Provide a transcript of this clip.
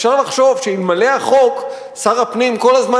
אפשר לחשוב שאלמלא החוק שר הפנים כל הזמן